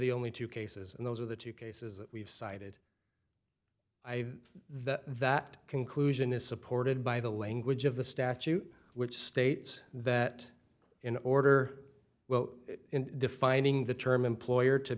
the only two cases and those are the two cases that we've cited i that that conclusion is supported by the language of the statute which states that in order well in defining the term employer to